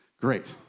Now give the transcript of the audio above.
Great